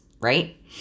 right